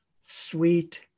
sweet